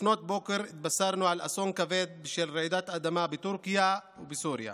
לפנות בוקר התבשרנו על אסון כבד של רעידת אדמה בטורקיה ובסוריה.